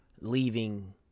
leaving